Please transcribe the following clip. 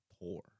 poor